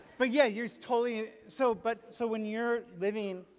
but yeah. here's totally. so but so. when you're living,